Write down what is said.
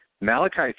Malachi